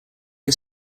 are